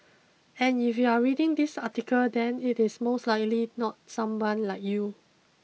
and if you are reading this article then it is most likely not someone like you